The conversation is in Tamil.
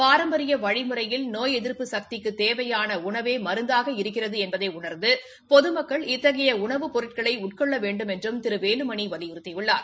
பாரம்பரிய வழிமுறையில் நோய் எதிர்ப்பு சக்திக்கு தேவையான உணவே மருந்தாக இருக்கிறது என்பதை உண்ந்து பொதுமக்கள் இத்தகையை உணவு பொருட்களை உட்கொள்ள வேண்டுமென்றும் திரு வேலுமணி வலியுறுத்தியுள்ளார்